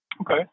Okay